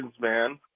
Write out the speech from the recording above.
man